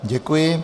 Děkuji.